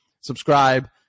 Subscribe